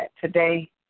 today